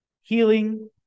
healing